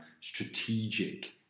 strategic